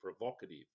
provocative